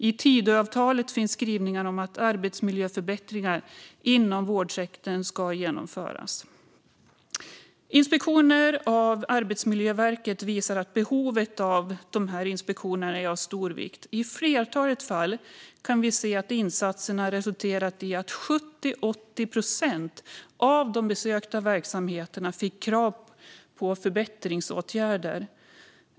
I Tidöavtalet finns skrivningar om att arbetsmiljöförbättringar inom vårdsektorn ska genomföras. Inspektioner av Arbetsmiljöverket visar att behovet av inspektionerna är stort. I flertalet fall kan vi se att insatserna resulterat i att 70-80 procent av de besökta verksamheterna fick krav på förbättringsåtgärder.